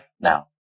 now